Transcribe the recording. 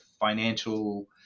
financial